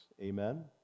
Amen